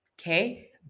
Okay